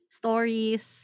stories